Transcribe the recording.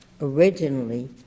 originally